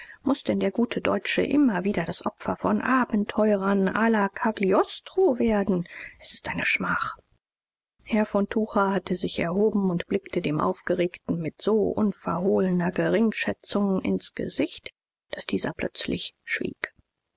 muß denn der gute deutsche immer wieder das opfer von abenteurern la cagliostro werden es ist eine schmach herr von tucher hatte sich erhoben und blickte dem aufgeregten mit so unverhohlener geringschätzung ins gesicht daß dieser plötzlich schwieg